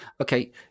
okay